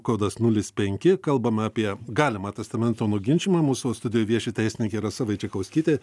kodas nulis penki kalbam apie galimą testamento nuginčijimą mūsų studijoj vieši teisininkė rasa vaičekauskytė